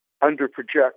under-project